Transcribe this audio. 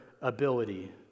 ability